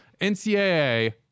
NCAA